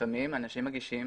לפעמים אנשים מגישים